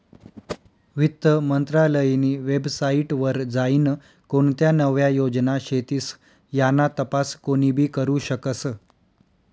वित्त मंत्रालयनी वेबसाईट वर जाईन कोणत्या नव्या योजना शेतीस याना तपास कोनीबी करु शकस